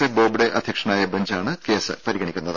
A Bobde അധ്യക്ഷനായ ബെഞ്ചാണ് case പരിഗണിക്കുന്നത്